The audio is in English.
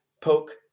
poke